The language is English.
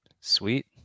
Sweet